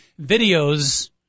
videos